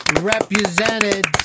represented